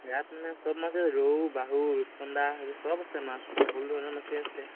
ইয়াত মানে চব মাছে ৰৌ বাহু ৰূপচন্দা চব আছে মাছ সকলো ধৰণৰ মাছেই আছে